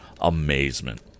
amazement